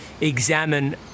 examine